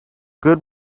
good